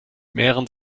mehren